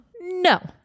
No